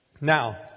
Now